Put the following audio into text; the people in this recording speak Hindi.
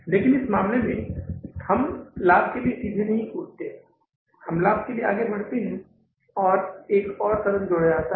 लेकिन इस मामले में हम लाभ के लिए सीधे नहीं कूदते हैं हम लाभ के लिए आगे बढ़ते हैं और यहां एक और कदम जोड़ा जाता है